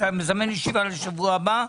אתה מזמן ישיבה לשבוע הבא?